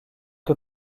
que